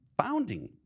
founding